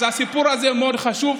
הסיפור הזה הוא מאוד חשוב,